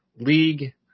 league